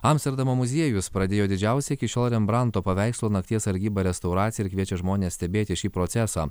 amsterdamo muziejus pradėjo didžiausią iki šiol rembranto paveikslo nakties sargyba restauraciją ir kviečia žmones stebėti šį procesą